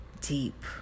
deep